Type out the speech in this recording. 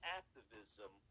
activism